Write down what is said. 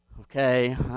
okay